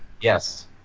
Yes